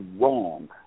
wrong